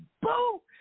Boo